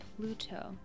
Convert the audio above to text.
Pluto